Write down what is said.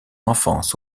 enfance